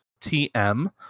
TM